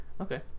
Okay